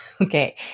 Okay